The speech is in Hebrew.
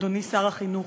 אדוני שר החינוך.